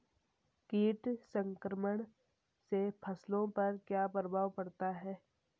कीट संक्रमण से फसलों पर क्या प्रभाव पड़ता है?